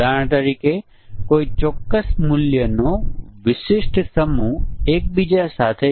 આપણે ખરેખર 1 સ્ક્રીન તપાસવા માટે આ બધા મિલિયન સંભવિત સંયોજનો ચલાવવા પડશે જે સંભવ નથી